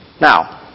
Now